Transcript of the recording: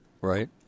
Right